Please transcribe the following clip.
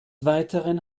weiteren